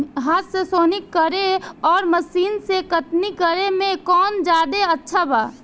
हाथ से सोहनी करे आउर मशीन से कटनी करे मे कौन जादे अच्छा बा?